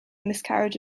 miscarriage